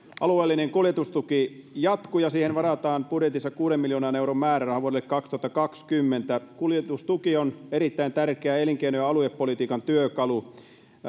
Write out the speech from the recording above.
alueellinen kuljetustuki jatkuu ja siihen varataan budjetissa kuuden miljoonan euron määräraha vuodelle kaksituhattakaksikymmentä kuljetustuki on erittäin tärkeä elinkeino ja aluepolitiikan työkalu